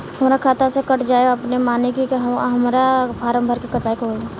हमरा खाता से कट जायी अपने माने की आके हमरा फारम भर के कटवाए के होई?